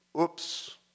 oops